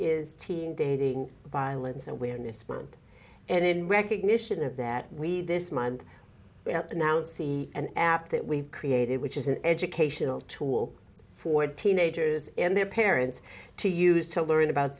is teen dating violence awareness month and in recognition of that we this month announced the an app that we've created which is an educational tool for teenagers and their parents to use to learn about